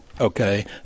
Okay